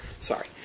sorry